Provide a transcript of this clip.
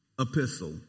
epistle